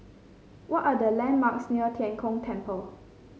what are the landmarks near Tian Kong Temple